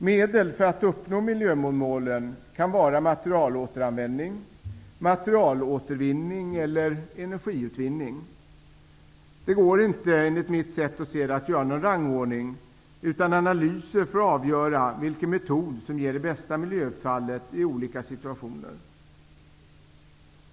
Medel för att uppnå miljömålen kan vara materialåteranvändning, materialåtervinning eller energiutvinning. Det går inte, enligt mitt sätt att se på det hela, att göra någon rangordning, utan analyser får avgöra vilken metod som ger det bästa miljöutfallet i olika situationer.